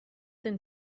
than